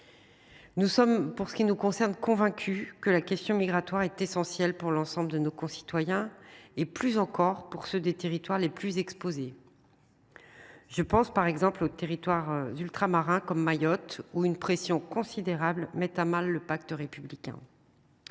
mission. Pour ce qui nous concerne, nous sommes convaincus que la question migratoire est primordiale pour l’ensemble de nos concitoyens et, plus encore, pour ceux des territoires les plus exposés. Je pense notamment aux territoires ultramarins, comme Mayotte, où une pression considérable met à mal le pacte républicain.